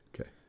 Okay